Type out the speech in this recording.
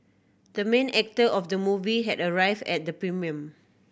the main actor of the movie had arrived at the premiere